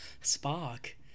spark